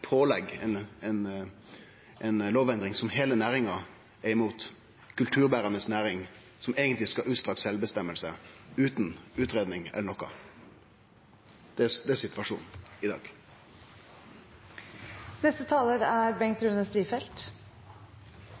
pålegg ei lovendring, utan utgreiing eller noko, som heile næringa er imot – ei kulturbærande næring som eigentleg skal ha utstrekt sjølvbestemming. Det er situasjonen i dag. Representanten Bengt Rune